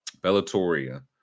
bellatoria